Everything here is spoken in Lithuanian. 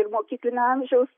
ir mokyklinio amžiaus